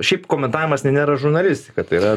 šiaip komentavimas tai nėra žurnalistika tai yra